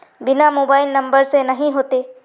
बिना mobile number से नहीं होते?